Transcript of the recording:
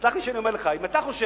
תסלח לי שאני אומר לך, אם אתה חושב